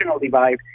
divide